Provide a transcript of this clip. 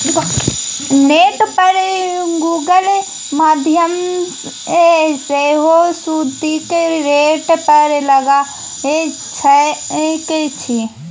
net पर Google माध्यमसँ सेहो सुदिक रेट पता लगाए सकै छी